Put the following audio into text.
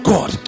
God